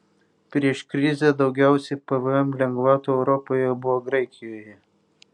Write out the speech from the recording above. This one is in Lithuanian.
prieš krizę daugiausiai pvm lengvatų europoje buvo graikijoje